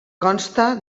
consta